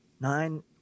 Nine